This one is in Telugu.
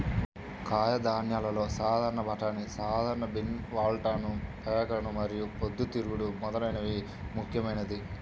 కాయధాన్యాలలో సాధారణ బఠానీ, సాధారణ బీన్, వాల్నట్, పెకాన్ మరియు పొద్దుతిరుగుడు మొదలైనవి ముఖ్యమైనవి